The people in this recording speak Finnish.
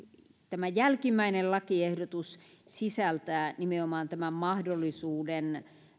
tämä jälkimmäinen lakiehdotus sisältää nimenomaan tämän mahdollisuuden